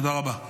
תודה רבה.